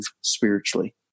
spiritually